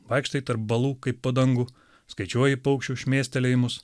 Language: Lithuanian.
vaikštai tarp balų kaip po dangu skaičiuoji paukščių šmėstelėjimus